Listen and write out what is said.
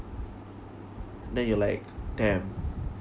then you're like damn